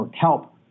help